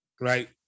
Right